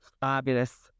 fabulous